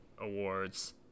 awards